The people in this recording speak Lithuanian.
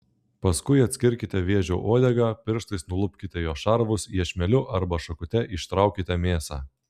paskui atskirkite vėžio uodegą pirštais nulupkite jos šarvus iešmeliu arba šakute ištraukite mėsą